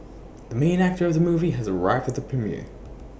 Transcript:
the main actor of the movie has arrived at the premiere